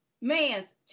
man's